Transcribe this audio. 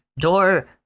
door